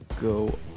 go